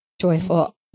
joyful